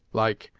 like,